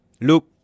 look